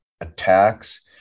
attacks